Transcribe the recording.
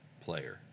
player